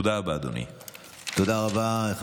תודה רבה, אדוני.